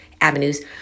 avenues